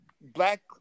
black